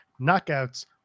knockouts